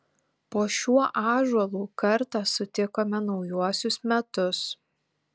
po šiuo ąžuolu kartą sutikome naujuosius metus